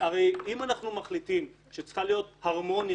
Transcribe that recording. הרי אם אנחנו מחליטים שצריכה להיות הרמוניה,